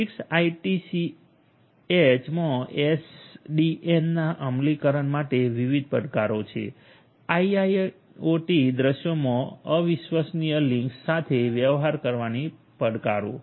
6ટીઆઈએસસીએચ માં એસડીએન ના અમલીકરણ માટે વિવિધ પડકારો છે આઈઆઈઓટી દૃશ્યોમાં અવિશ્વસનીય લિંક્સ સાથે વ્યવહાર કરવાની પડકારો